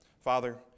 Father